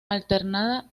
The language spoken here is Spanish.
alternada